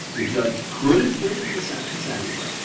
the judge could have given the sentence anyway.